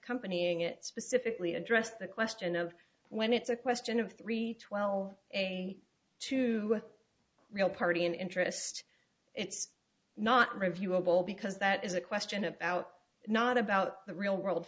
it specifically addressed the question of when it's a question of three twelve a two real party in interest it's not reviewable because that is a question about not about the real world